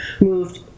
moved